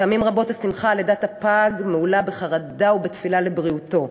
פעמים רבות השמחה על לידת הפג מהולה בחרדה ובתפילה לבריאותו.